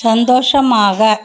சந்தோஷமாக